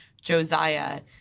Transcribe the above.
Josiah